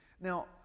Now